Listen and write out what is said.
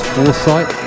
Foresight